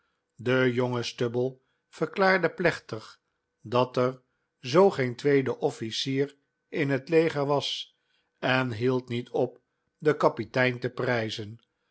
de jonge stubble verklaarde plechtig dat er zoo geen tweede officier in het leger was en hield niet op den kapitein te prijzen